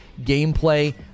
gameplay